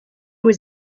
was